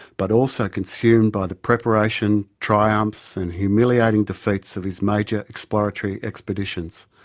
but also consumed by the preparation, triumphs and humiliating defeats of his major exploratory expeditions.